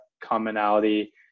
commonality